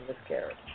miscarriage